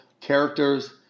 characters